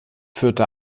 führte